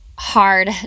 hard